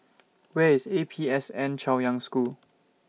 Where IS A P S N Chaoyang School